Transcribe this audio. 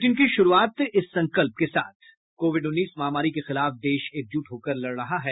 bulletin की शुरूआत से पहले ये संकल्प कोविड उन्नीस महामारी के खिलाफ देश एकजुट होकर लड़ रहा है